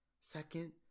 Second